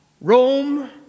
Rome